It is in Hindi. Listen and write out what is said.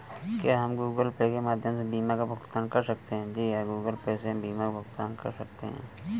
क्या हम गूगल पे के माध्यम से बीमा का भुगतान कर सकते हैं?